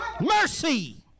Mercy